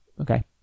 Okay